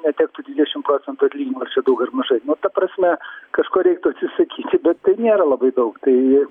netektų dvidešimt procentų atlyginimo ar čia daug ir mažai nu ta prasme kažko reiktų atsisakyti bet tai nėra labai daug tai